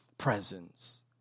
presence